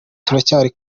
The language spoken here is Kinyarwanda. turacyari